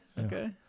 okay